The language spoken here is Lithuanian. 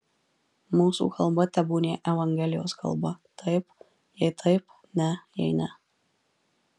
mūsų kalba tebūnie evangelijos kalba taip jei taip ne jei ne